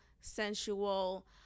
sensual